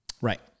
Right